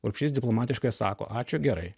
urbšys diplomatiškai sako ačiū gerai